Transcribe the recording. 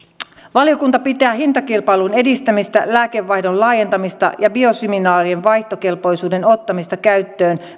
valiokunta pitää hintakilpailun edistämistä lääkevaihdon laajentamista ja biosimilaarien vaihtokelpoisuuden ottamista käyttöön